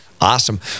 awesome